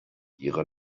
ihre